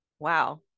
Wow